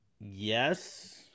Yes